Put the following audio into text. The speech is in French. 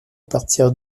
partir